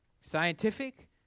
scientific